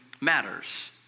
matters